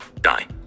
die